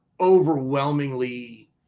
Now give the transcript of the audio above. overwhelmingly –